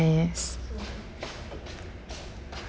nice